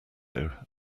there